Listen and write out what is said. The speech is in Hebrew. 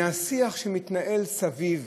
מהשיח שמתנהל סביב